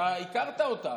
אתה הכרת אותם,